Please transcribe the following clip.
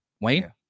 Wayne